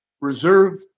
reserve